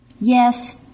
Yes